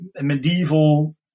medieval